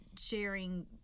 sharing